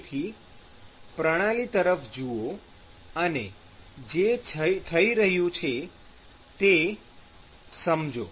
તેથી પ્રણાલી તરફ જુઓ અને જે થઈ રહ્યું છે તે સમજો